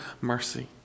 mercy